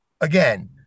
again